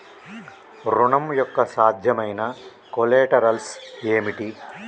ఋణం యొక్క సాధ్యమైన కొలేటరల్స్ ఏమిటి?